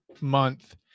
month